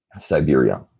Siberia